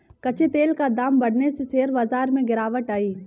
कच्चे तेल का दाम बढ़ने से शेयर बाजार में गिरावट आई